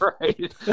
right